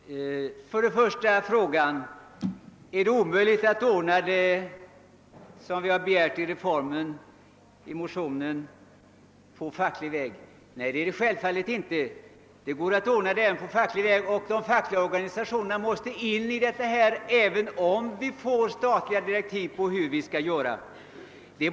Herr talman! Frågan är först och främst: Är det omöjligt att ordna det som vi har begärt i motionerna på facklig väg? Nej, det är det självfallet inte. Det går att ordna saken även på facklig väg, och de fackliga organisationerna måste in i bilden, även om vi får statliga direktiv för hur vi skall göra.